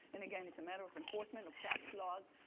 and again, it's a matter of enforcement of tax laws,